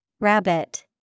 Rabbit